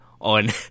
on